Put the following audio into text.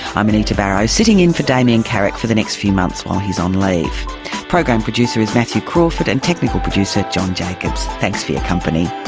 i'm anita barraud, sitting in for damien carrick for the next few months while he's on leave. the program producer is matthew crawford, and technical producer john jacobs. thanks for your company